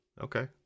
okay